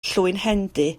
llwynhendy